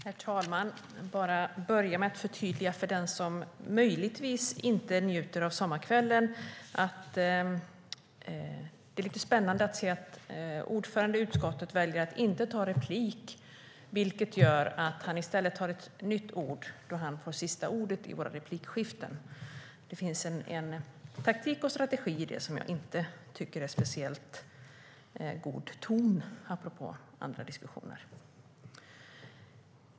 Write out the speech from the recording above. Herr talman! Låt mig börja med att förtydliga för den som möjligtvis inte njuter av sommarkvällen att det är spännande att se att ordföranden i utskottet väljer att inte ta replik på våra anföranden utan i stället begär ordet på nytt. På så sätt får han sista ordet i våra replikskiften. Det finns en taktik och strategi i det som jag inte tycker är speciellt god ton - apropå andra diskussioner.